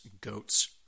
goats